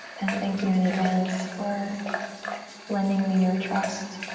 and thank you in advance for lending me your trust.